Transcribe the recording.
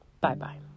Bye-bye